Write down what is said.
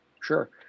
Sure